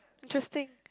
interesting